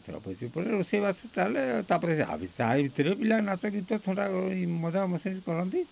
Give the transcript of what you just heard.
ପଚରା ପଚରି ପରେ ରୋଷେଇ ବାସ ଚାଲେ ତା'ପରେ ଯାହା ବି ତା ଭିତରେ ପିଲାମାନେ ନାଚଗୀତ ଥଟ୍ଟା ମଜା ମସଲିସ କରନ୍ତି